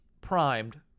primed